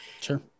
Sure